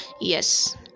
Yes